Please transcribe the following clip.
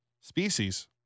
Species